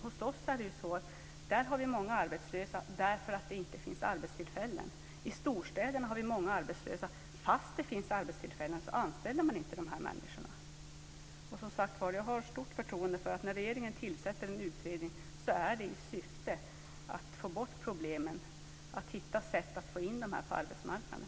Hos oss finns det många arbetslösa därför att det inte finns arbetstillfällen. I storstäderna har vi många arbetslösa, men trots att det finns arbetstillfällen anställer man inte de här människorna. Som sagt var, jag har stort förtroende för att när regeringen tillsätter en utredning är det i syfte att få bort problemen, att hitta sätt att få in de här människorna på arbetsmarknaden.